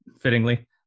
fittingly